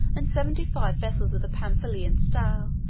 and seventy-five vessels of the pamphylian style,